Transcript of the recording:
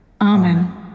Amen